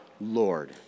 Lord